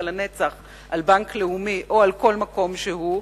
נצחית בבנק לאומי או על כל מקום שהוא.